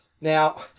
Now